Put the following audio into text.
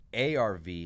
ARV